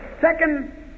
second